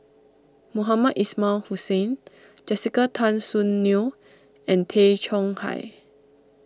Mohamed Ismail Hussain Jessica Tan Soon Neo and Tay Chong Hai